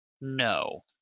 No